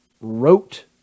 wrote